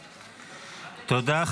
תודה.